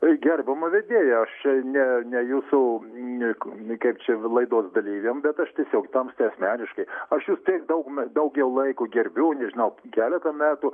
gerbiama vedėja aš čia ne ne jūsų kaip čia laidos dalyviam bet aš tiesiog tamstai asmeniškai aš jus tiek daug daugjau laiko gerbiu žinau keletą metų